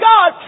God